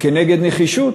וכנגד נחישות